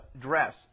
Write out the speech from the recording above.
dress